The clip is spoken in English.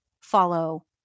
follow